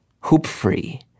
hoop-free